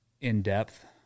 in-depth